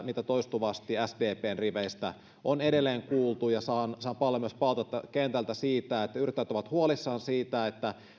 mitä toistuvasti sdpn riveistä on edelleen kuultu saan paljon myös palautetta kentältä siitä että yrittäjät ovat huolissaan siitä